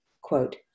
Quote